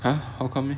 !huh! how come eh